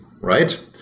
right